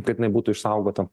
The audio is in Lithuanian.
kad jinai būtų išsaugota